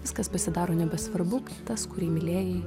viskas pasidaro nebesvarbu tas kurį mylėjai